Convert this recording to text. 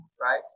right